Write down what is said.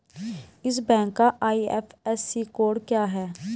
इस बैंक का IFSC code क्या है?